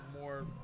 more